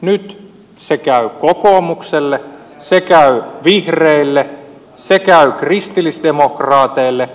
nyt se käy kokoomukselle se käy vihreille se käy kristillisdemokraateille